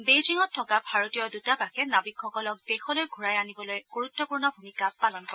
বেইজিঙত থকা ভাৰতীয় দূতাবাসে নাৱিকসকলক দেশলৈ ঘূৰাই আনিবলৈ গুৰুত্বপূৰ্ণ ভূমিকা পালন কৰে